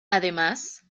además